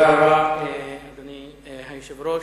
אדוני היושב-ראש,